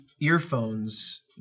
earphones